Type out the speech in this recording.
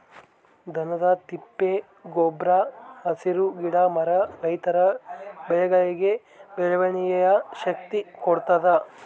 ದನದ ತಿಪ್ಪೆ ಗೊಬ್ರ ಹಸಿರು ಗಿಡ ಮರ ರೈತರ ಬೆಳೆಗಳಿಗೆ ಬೆಳವಣಿಗೆಯ ಶಕ್ತಿ ಕೊಡ್ತಾದ